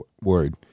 word